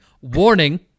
Warning